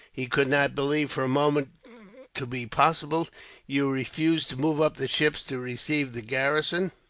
he could not believe for a moment to be possible you refuse to move up the ships to receive the garrison